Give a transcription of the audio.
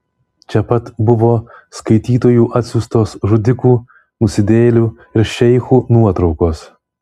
čia pat buvo skaitytojų atsiųstos žudikų nusidėjėlių ir šeichų nuotraukos